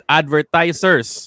advertisers